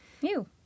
Ew